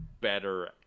better